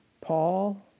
Paul